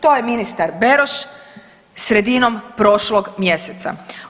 To je ministar Beroš sredinom prošlog mjeseca.